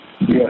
Yes